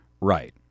Right